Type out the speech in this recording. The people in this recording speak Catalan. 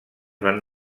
van